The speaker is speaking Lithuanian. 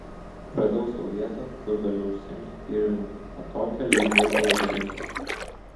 radau sau vietą kur galiu užsiimti tyrimu atokią lyg žiurkių labirintas